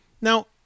Now